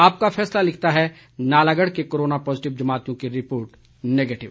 आपका फैसला लिखता है नालागढ़ के कोरोना पॉजिटिव जमातियों की रिपोर्ट नेगेटिव